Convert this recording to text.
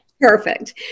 Perfect